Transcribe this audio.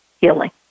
healing